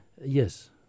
Yes